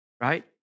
right